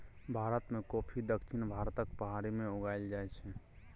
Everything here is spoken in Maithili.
भारत मे कॉफी दक्षिण भारतक पहाड़ी मे उगाएल जाइ छै